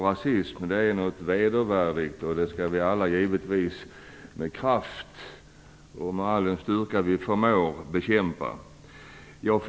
Rasism är vedervärdigt, och det skall vi givetvis alla bekämpa med kraft och all den styrka vi förmår.